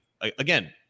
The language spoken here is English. again